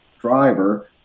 driver